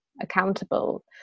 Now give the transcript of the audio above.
accountable